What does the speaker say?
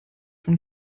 von